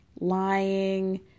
lying